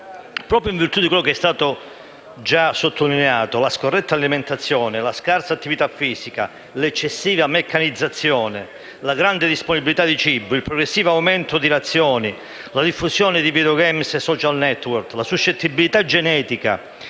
Proprio in virtù di ciò che è stato già sottolineato - la scorretta alimentazione, la scarsa attività fisica, l'eccessiva meccanizzazione, la grande disponibilità di cibo, il progressivo aumento delle razioni, la diffusione di *videogame* e *social network*, la suscettibilità genetica,